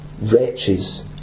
wretches